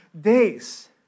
days